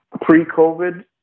pre-COVID